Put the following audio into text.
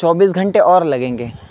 چوبیس گھنٹے اور لگیں گے